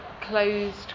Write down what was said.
closed